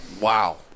wow